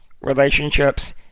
relationships